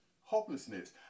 hopelessness